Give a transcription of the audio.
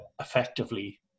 effectively